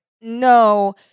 no